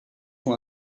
son